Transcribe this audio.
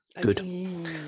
Good